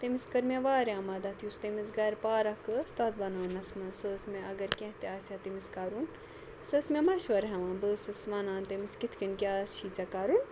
تٔمِس کٔر مےٚ واریاہ مَدَتھ یُس تٔمِس گَرِ پارَک ٲسۍ تَتھ بَناونَس منٛز سۄ ٲسۍ مےٚ اَگر کیٚنٛہہ تہِ آسہِ ہا تٔمِس کَرُن سۄ ٲسۍ مےٚ مَشوَرٕ ہیٚوان بہٕ ٲسٕس وَنان تٔمِس کِتھ کٔنۍ کیٛاہ چھی ژےٚ کَرُن